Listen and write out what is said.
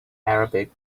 arabic